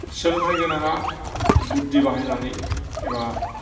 सोलोंथाय गोनाङा बुद्धि बाहायनानै एबा